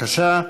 בבקשה,